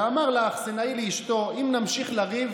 ואמר האכסנאי לאשתו: אם נמשיך לריב,